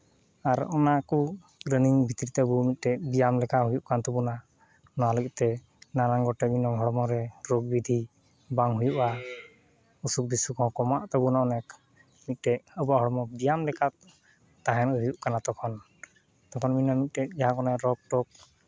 ᱟᱨ ᱚᱱᱟ ᱠᱚ ᱯᱞᱮᱱᱤᱝ ᱵᱷᱤᱛᱤᱨ ᱛᱮ ᱟᱵᱚ ᱢᱤᱫᱴᱮᱡ ᱵᱮᱭᱟᱢ ᱞᱮᱠᱟ ᱦᱩᱭᱩᱜ ᱠᱟᱱ ᱛᱟᱵᱚᱱᱟ ᱚᱱᱟ ᱞᱟᱹᱜᱤᱫ ᱛᱮ ᱱᱟᱱᱟᱱ ᱨᱚᱠᱚᱢ ᱦᱚᱲᱢᱚ ᱨᱮ ᱨᱳᱜᱽ ᱵᱤᱫᱷᱤ ᱵᱟᱝ ᱦᱩᱭᱩᱜᱼᱟ ᱚᱥᱩᱠᱼᱵᱤᱥᱩᱠ ᱦᱚᱸ ᱠᱚᱢᱟᱜ ᱛᱟᱵᱚᱱᱟ ᱚᱱᱮᱠ ᱢᱤᱫᱴᱮᱡ ᱟᱵᱚᱣᱟᱜ ᱦᱚᱲᱢᱚ ᱵᱮᱭᱟᱢ ᱞᱮᱠᱟ ᱛᱟᱦᱮᱱ ᱦᱩᱭᱩᱜ ᱠᱟᱱᱟ ᱛᱚᱠᱷᱚᱱ ᱛᱚᱠᱷᱚᱱ ᱚᱱᱟ ᱢᱤᱫᱴᱮᱡ ᱡᱟᱦᱟᱸ ᱠᱟᱱᱟ ᱨᱳᱜᱽᱼᱴᱳᱜᱽ